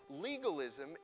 Legalism